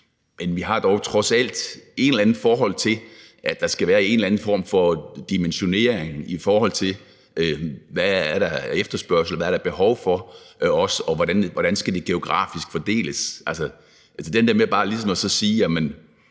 Men vi har dog trods alt et eller andet forhold til, at der skal være en eller anden form for dimensionering, i forhold til hvad der er af efterspørgsel, hvad der er behov for, og i forhold til hvordan det geografisk skal fordeles. Altså, det der med bare ligesom at sige,